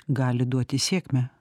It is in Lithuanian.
gali duoti sėkmę